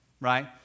right